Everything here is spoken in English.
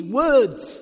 words